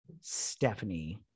Stephanie